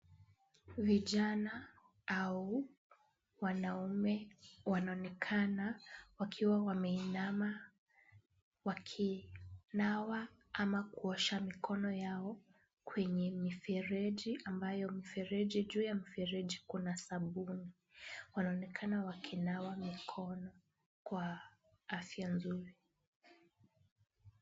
Vijana au wanaume wanaonekana wakiwa wameinama wakinawa ama kuosha mikono yao kwenye mifereji ambayo mifereji, juu ya mifereji kuna sabuni. Wanaonekana wakinawa mikono kwa afya nzuri.